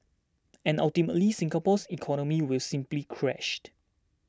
and ultimately Singapore's economy will simply crashed